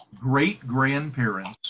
great-grandparents